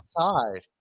outside